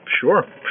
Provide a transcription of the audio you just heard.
Sure